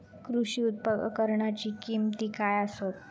कृषी उपकरणाची किमती काय आसत?